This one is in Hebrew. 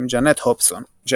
עם ג'נט ג'פסון.